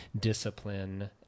discipline